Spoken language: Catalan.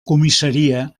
comissaria